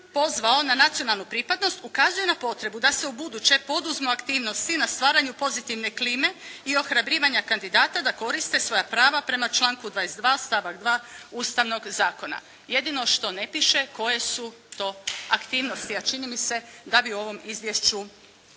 pozvao na nacionalnu pripadnost ukazuje na potrebu da se ubuduće poduzmu aktivnosti na stvaranju pozitivne klime i ohrabrivanja kandidata da koriste svoja prava prema članku 22., stavak 2. Ustavnog zakona». Jedino što ne piše koje su to aktivnosti a čini mi se da bi u ovom izvješću